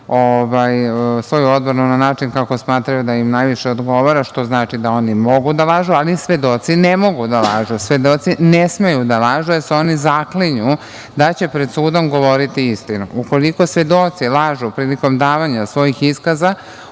svoju odbranu na način kako smatraju da im najviše odgovora, što znači da oni mogu da lažu, ali svedoci ne mogu da lažu. Svedoci ne smeju da lažu, jer se oni zaklinju da će pred sudom govoriti istinu. Ukoliko svedoci lažu prilikom davanja svojih iskaza